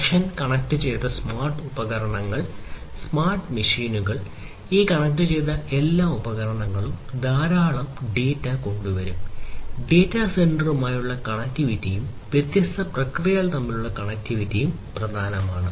connection കണക്റ്റുചെയ്ത smart ഉപകരണങ്ങൾ കണക്റ്റുചെയ്ത സ്മാർട്ട് മെഷീനുകൾ ഈ കണക്റ്റുചെയ്ത എല്ലാ ഉപകരണങ്ങളും ധാരാളം ഡാറ്റ കൊണ്ടുവരും ഡാറ്റാ സെന്ററുമായുള്ള കണക്റ്റിവിറ്റിയും വ്യത്യസ്ത പ്രക്രിയകൾ തമ്മിലുള്ള കണക്റ്റിവിറ്റിയും പ്രധാനമാണ്